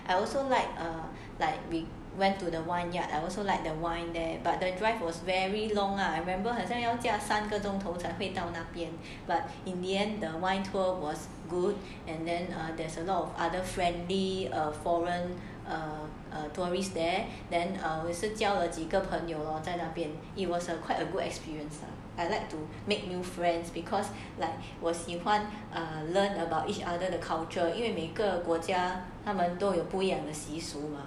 I also like uh like we went to the wine yard I also like the wine there but the drive was very long lah I remember 好像要驾三个钟头才会到那边 but in the end the wine tour was good and then err there's a lot of other friendly or foreign tourists there then 我是交了几个朋友咯在那边 it was a quite a good experience lah I like to make new friends because like 我喜欢 learn about each other the culture 因为每个国家他们都有不一样的习俗